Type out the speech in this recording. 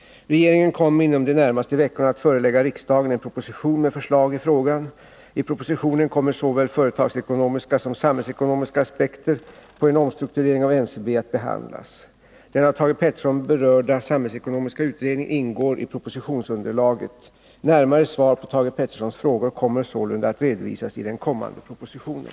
Regeringen kommer inom de närmaste veckorna att förelägga riksdagen en proposition med förslag i frågan. I propositionen kommer såväl företagsekonomiska som samhällsekonomiska aspekter på en omstrukturering av NCB att behandlas. Den av Thage Peterson berörda samhällsekonomiska utredningen ingår i proposi tionsunderlaget. Närmare svar på Thage Petersons frågor kommer sålunda att redovisas i den kommande propositionen.